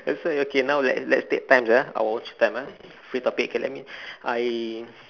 first off okay let's let's take turns ah I'll watch the time ah free topic okay let me I